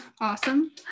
awesome